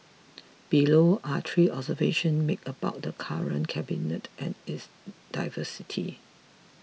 below are three observations made about the current cabinet and its diversity